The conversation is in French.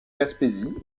gaspésie